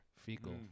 Fecal